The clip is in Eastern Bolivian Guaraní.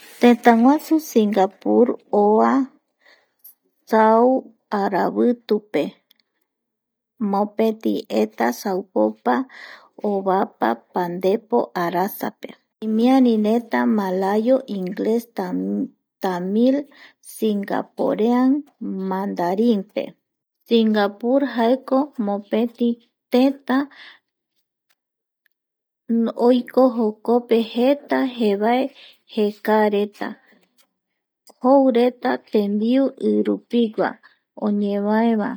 Tëtäguasu Singapur oa sau aravitupe mopeti eta saupopa ovapa pandepo arasape, imiarireta malayu, ingles, tamil, singaporean mandarinpe, Singapur jaeko mopeti tëtä oiko. jokope jeta jevae jekaareta joureta tembiu irupigua oñevaeva